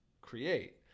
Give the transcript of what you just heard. create